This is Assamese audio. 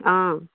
অঁ